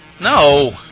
No